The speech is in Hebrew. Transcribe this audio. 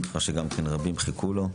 כמו שגם כן רבים חיכו לו,